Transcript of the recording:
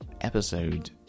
episode